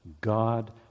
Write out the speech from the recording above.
God